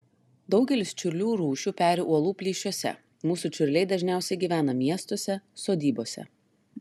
daugelis čiurlių rūšių peri uolų plyšiuose mūsų čiurliai dažniausiai gyvena miestuose sodybose